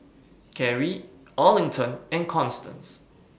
Karrie Arlington and Constance